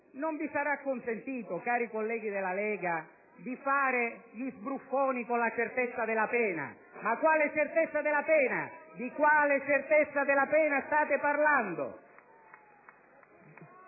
non vi sarà consentito di fare gli sbruffoni con la certezza della pena. Ma quale certezza della pena? Di quale certezza della pena state parlando?